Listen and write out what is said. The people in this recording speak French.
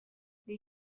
les